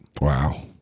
Wow